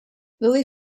lillie